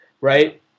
right